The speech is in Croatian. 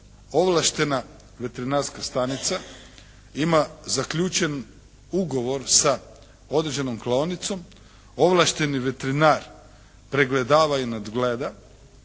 ovlaštena veterinarska stanica ima zaključen ugovor sa određenom klaonicom, ovlašteni veterinar pregledava i nadgleda,